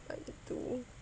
one to two